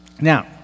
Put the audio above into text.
Now